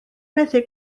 methu